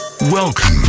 Welcome